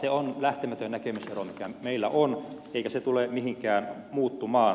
se on lähtemätön näkemysero mikä meillä on eikä se tule mihinkään muuttumaan